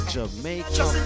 Jamaica